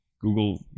Google